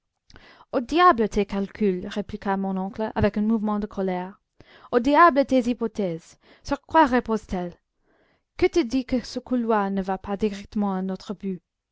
au diable tes calculs répliqua mon oncle avec un mouvement de colère au diable tes hypothèses sur quoi reposent elles qui te dit que ce couloir ne va pas directement à notre but